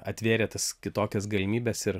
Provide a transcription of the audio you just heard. atvėrė tas kitokias galimybes ir